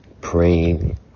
praying